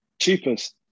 Cheapest